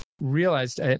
realized